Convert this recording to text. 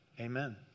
amen